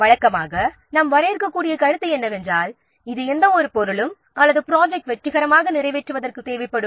வழக்கமாக நாம் வரையறுக்கக்கூடிய கருத்து என்னவென்றால் எந்தவொரு பொருளும் அல்லது எந்தவொரு ஒரு நபரும் ப்ரொஜெக்ட் வெற்றிகரமாக நிறைவேற்றுவதற்கு தேவைப்படும்